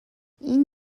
این